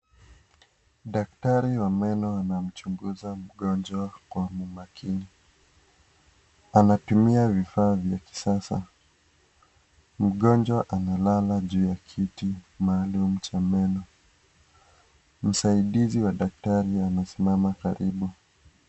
Daktari wa meno anamchunguza mgonjwa kwa umakini. Anatumia vifaa vya kisasa. Mgonjwa analala juu ya kiti maalum cha meno. Msaidizi wa daktari anasimama karibu.